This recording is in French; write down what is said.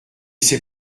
c’est